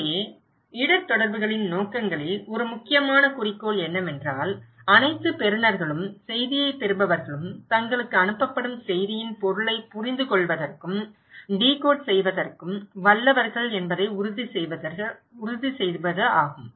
எனவே இடர் தொடர்புகளின் நோக்கங்களில் ஒரு முக்கியமான குறிக்கோள் என்னவென்றால் அனைத்து பெறுநர்களும் செய்தியைப் பெறுபவர்களும் தங்களுக்கு அனுப்பப்படும் செய்தியின் பொருளைப் புரிந்துகொள்வதற்கும் டிகோட் செய்வதற்கும் வல்லவர்கள் என்பதை உறுதிசெய்வது ஆகும்